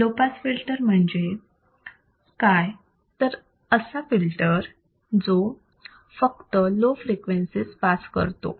low pass filter म्हणजे काय तर असा फिल्टर जो फक्त लो फ्रिक्वेन्सीज पास करतो